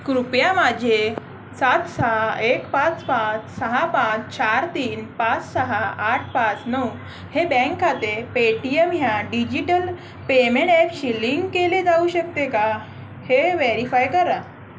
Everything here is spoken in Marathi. कृपया माझे सात सहा एक पाच पाच सहा पाच पाच चार तीन पाच सहा आठ पाच नऊ हे बँक खाते पेटीएम ह्या डिजिटल पेमेंट ॲपशी लिंक केले जाऊ शकते का हे व्हॅरीफाय करा